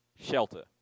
shelter